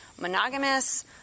monogamous